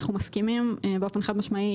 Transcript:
אנחנו מסכימים באופן חד-משמעי.